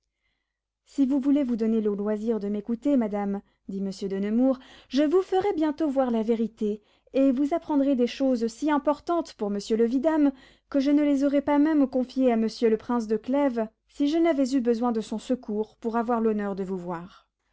si vous voulez vous donner le loisir de m'écouter madame dit monsieur de nemours je vous ferai bientôt voir la vérité et vous apprendrez des choses si importantes pour monsieur le vidame que je ne les aurais pas même confiées à monsieur le prince de clèves si je n'avais eu besoin de son secours pour avoir l'honneur de vous voir